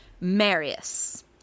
Marius